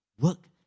work